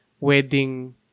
wedding